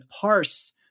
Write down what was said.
parse